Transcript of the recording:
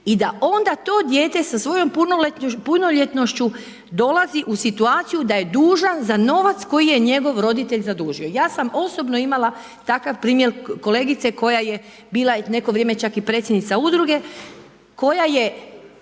i da onda to dijete sa svojom punoljetnošću dolazi u situaciju da je dužan za novac koji ga je njegov roditelj zadužio. Ja sam osobno imala takav primjer kolegica, koja je bila neko vrijeme čak i predsjednica udruga, koja je